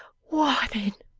why then,